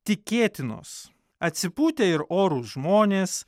tikėtinos atsipūtę ir orūs žmonės